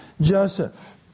Joseph